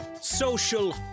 social